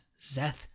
Zeth